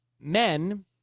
men